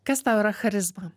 kas tau yra charizma